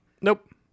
Nope